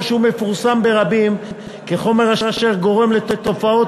או שהוא מפורסם ברבים כחומר אשר גורם לתופעות